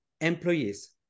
employees